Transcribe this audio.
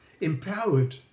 empowered